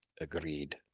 Agreed